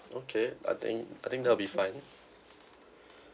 okay I think I think that'll be fine